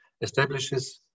establishes